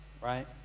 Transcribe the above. right